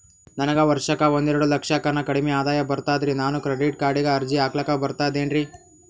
ನನಗ ವರ್ಷಕ್ಕ ಒಂದೆರಡು ಲಕ್ಷಕ್ಕನ ಕಡಿಮಿ ಆದಾಯ ಬರ್ತದ್ರಿ ನಾನು ಕ್ರೆಡಿಟ್ ಕಾರ್ಡೀಗ ಅರ್ಜಿ ಹಾಕ್ಲಕ ಬರ್ತದೇನ್ರಿ?